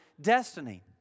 destiny